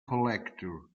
collector